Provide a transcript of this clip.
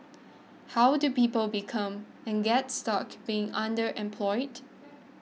how do people become and get stuck being underemployed